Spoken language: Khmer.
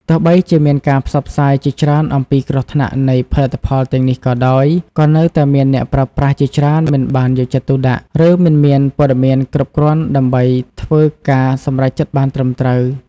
ទោះបីជាមានការផ្សព្វផ្សាយជាច្រើនអំពីគ្រោះថ្នាក់នៃផលិតផលទាំងនេះក៏ដោយ ក៏នៅតែមានអ្នកប្រើប្រាស់ជាច្រើនមិនបានយកចិត្តទុកដាក់ ឬមិនមានព័ត៌មានគ្រប់គ្រាន់ដើម្បីធ្វើការសម្រេចចិត្តបានត្រឹមត្រូវ។